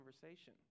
conversation